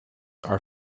are